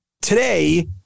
Today